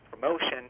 promotion